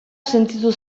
sentitu